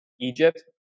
Egypt